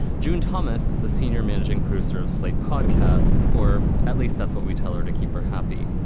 june thomas is the senior managing producer of slate podcasts. or at least that's what we tell her, to keep her happy.